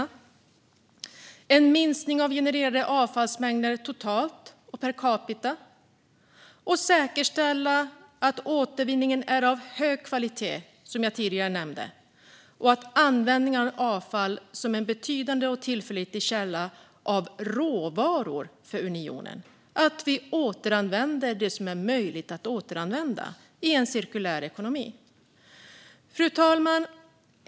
De syftar vidare till en minskning av genererade avfallsmängder, totalt och per capita, till att säkerställa en återvinning av hög kvalitet, som jag tidigare nämnde, och användningen av avfall som en betydande och tillförlitlig källa av råvaror för unionen - att vi återanvänder det som är möjligt att återanvända i en cirkulär ekonomi. Fru talman!